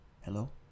Hello